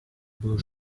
blue